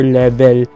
level